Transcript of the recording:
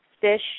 fish